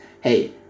Hey